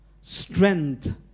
strength